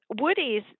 Woody's